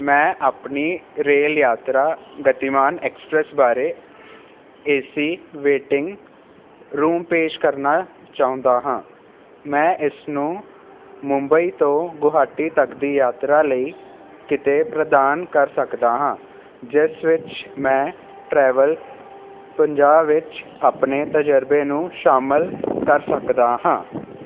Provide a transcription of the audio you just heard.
ਮੈਂ ਆਪਣੀ ਰੇਲ ਯਾਤਰਾ ਗਤੀਮਾਨ ਐਕਸਪ੍ਰੈਸ ਬਾਰੇ ਏਸੀ ਵੇਟਿੰਗ ਰੂਮ ਪੇਸ਼ ਕਰਨਾ ਚਾਹੁੰਦਾ ਹਾਂ ਮੈਂ ਇਸ ਨੂੰ ਮੁੰਬਈ ਤੋਂ ਗੁਹਾਟੀ ਤੱਕ ਦੀ ਯਾਤਰਾ ਲਈ ਕਿਤੇ ਪ੍ਰਦਾਨ ਕਰ ਸਕਦਾ ਹਾਂ ਜਿਸ ਵਿੱਚ ਮੈਂ ਟ੍ਰੈਵਲ ਪੰਜਾਹ ਵਿੱਚ ਆਪਣੇ ਤਜ਼ਰਬੇ ਨੂੰ ਸ਼ਾਮਲ ਕਰ ਸਕਦਾ ਹਾਂ